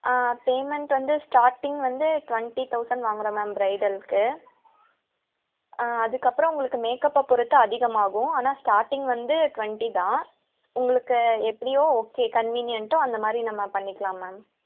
ஆ payment வந்து starting வந்து twenty thousand வாங்கிறோம் மேம் பிரைடலுக்கு அதுக்கப்புறம் உங்களுக்கு மேக்அப்பை பொறுத்து அதிகமாக ஆகும் ஆனால் ஸ்டார்டிங் வந்து டுவன்ட்டி தான் உங்களுக்கு எப்படியோ ஓகே கன்வீனியன்ட்டோ அந்த மாதிரி நம்ம பண்ணிக்கலாம் மேம்